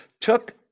took